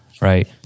right